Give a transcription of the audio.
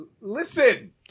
Listen